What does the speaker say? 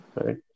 Right